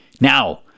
Now